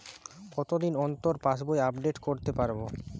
কতদিন অন্তর পাশবই আপডেট করতে পারব?